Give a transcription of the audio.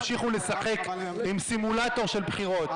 תמשיכו לשחק עם סימולטור של בחירות.